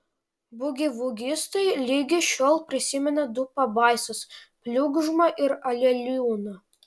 bugivugistai ligi šiol prisimena du pabaisas pliugžmą ir aleliūną